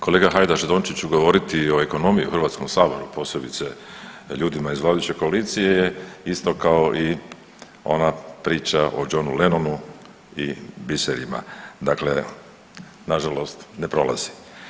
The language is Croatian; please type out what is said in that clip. Kolega Hajdaš Dončiću govoriti o ekonomiji u Hrvatskom saboru posebice ljudima iz vladajuće koalicije je isto kao i ona priča o Johnu Lennonu i biserima, dakle nažalost ne prolazi.